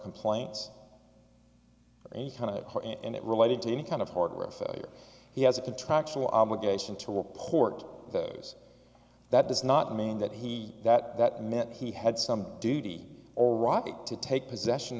complaints or any kind of harm and it related to any kind of hardware failure he has a contractual obligation to report those that does not mean that he that that meant he had some duty or rocket to take possession